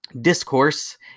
discourse